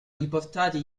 riportati